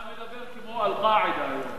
אתה מדבר כמו "אל-קאעידה" היום.